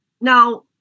Now